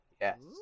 yes